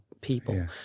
people